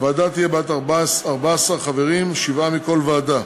הוועדה תהיה בת 14 חברים, שבעה מכל ועדה.